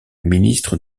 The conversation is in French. ministre